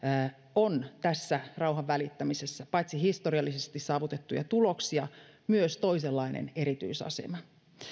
on tässä rauhanvälittämisessä paitsi historiallisesti saavutettuja tuloksia myös toisenlainen erityisasema